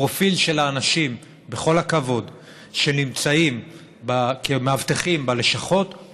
הפרופיל של האנשים שנמצאים כמאבטחים בלשכות,